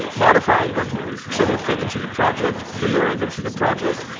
modifying them so they fit into the project, delivering them to the project.